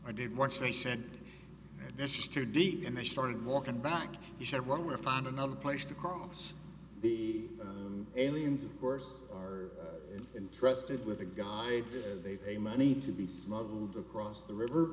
i did once they said this is too deep and they started walking back he said one way or find another place to cross the aliens of course are intrusted with a guide do they pay money to be smuggled across the river